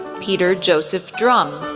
peter joseph drum,